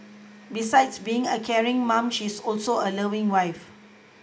besides being a caring mom she is also a loving wife